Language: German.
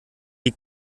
die